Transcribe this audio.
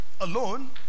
alone